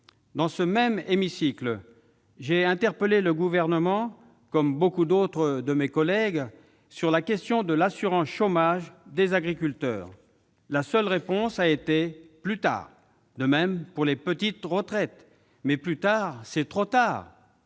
Dans cet hémicycle, j'ai interpellé le Gouvernement, comme beaucoup d'autres de mes collègues, sur la question de l'assurance chômage des agriculteurs. La seule réponse a été :« Plus tard ». Même réponse pour les petites retraites. Mais plus tard, c'est trop tard !